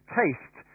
taste